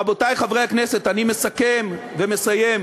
רבותי חברי הכנסת, אני מסכם ומסיים.